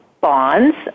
bonds